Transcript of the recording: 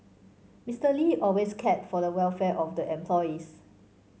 Mister Lee always cared for the welfare of the employees